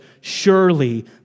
Surely